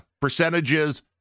percentages